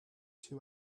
two